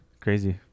Crazy